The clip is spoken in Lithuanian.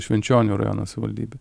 švenčionių rajono savivaldybė